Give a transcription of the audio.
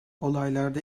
olaylarda